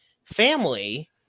family